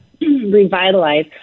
revitalize